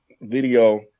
video